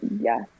Yes